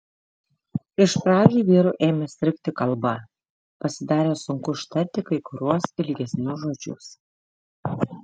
iš pradžių vyrui ėmė strigti kalba pasidarė sunku ištarti kai kuriuos ilgesnius žodžius